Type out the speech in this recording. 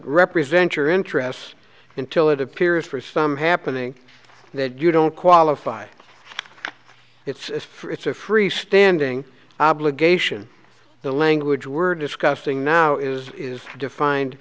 represent your interests until it appears for some happening that you don't qualify it's for it's a freestanding obligation the language word disgusting now is is defined